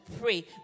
pray